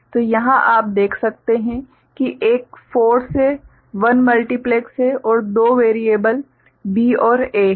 तो यहां आप देख सकते हैं कि एक 4 से 1 मल्टीप्लेक्सर है और दो वेरिएबल B और A हैं